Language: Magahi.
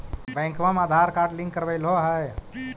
बैंकवा मे आधार कार्ड लिंक करवैलहो है?